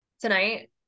tonight